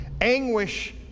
Anguish